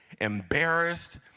embarrassed